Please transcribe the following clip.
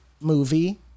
movie